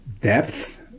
depth